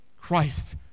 Christ